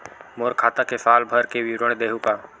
मोर खाता के साल भर के विवरण देहू का?